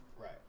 Right